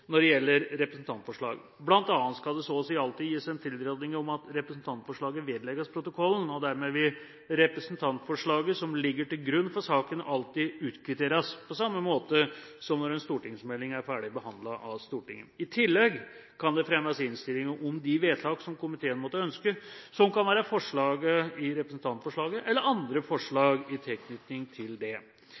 når det gjelder representantforslag. Blant annet skal det så å si alltid gis en tilråding om at representantforslaget vedlegges protokollen. Dermed vil representantforslaget som ligger til grunn for saken, alltid utkvitteres, på samme måte som når en stortingsmelding er ferdig behandlet av Stortinget. I tillegg kan det fremmes innstillinger om de vedtak som komiteen måtte ønske – som kan være forslag i representantforslaget, eller andre forslag i tilknytning til det. Det eneste tilfellet der det